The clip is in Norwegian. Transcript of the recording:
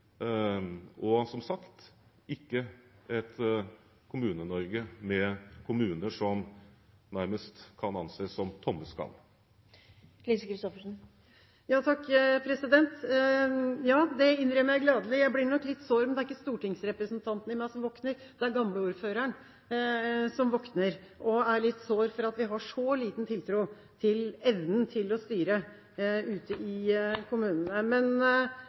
og som sagt, ikke et Kommune-Norge med kommuner som nærmest kan anses som tomme skall. Ja, det innrømmer jeg gladelig. Jeg blir nok litt sår, men det er ikke stortingsrepresentanten i meg som våkner. Det er gamleordføreren som våkner og er litt sår for at vi har så liten tiltro til evnen til å styre ute i kommunene. Men